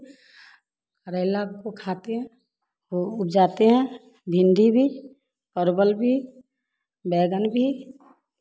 करेला को खाते हैं और जाते हैं भिंडी भी परवल भी बैंगन भी